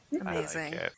Amazing